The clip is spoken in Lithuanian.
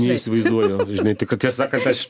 neįsivaizduoju žinai tiesą sakant aš